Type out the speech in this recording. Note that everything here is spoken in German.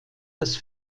das